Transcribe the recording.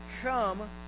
Come